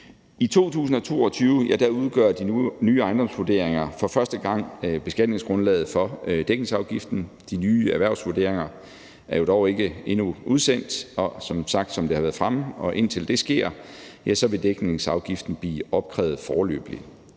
I 2022 udgør de nye ejendomsvurderinger for første gang beskatningsgrundlaget for dækningsafgiften. De nye erhvervsvurderinger er jo dog ikke udsendt endnu, og som sagt, som det har været fremme, og indtil det sker, vil dækningsafgiften blive opkrævet foreløbigt.